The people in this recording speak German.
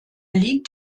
liegt